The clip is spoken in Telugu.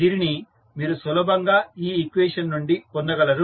దీనిని మీరు సులభంగా ఈ ఈక్వేషన్ నుండి పొందగలరు